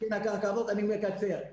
אני מקצר.